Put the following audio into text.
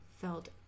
felt